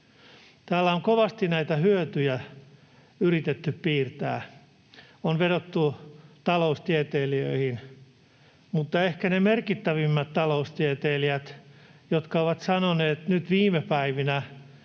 Täällä on kovasti näitä hyötyjä yritetty piirtää. On vedottu taloustieteilijöihin, mutta ehkä ne ovat merkittävimmät taloustieteilijät, jotka ovat sanoneet viime päivinä,